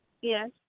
Yes